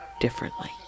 differently